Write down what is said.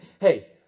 Hey